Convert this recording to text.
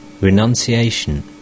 Renunciation